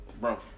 bro